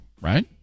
right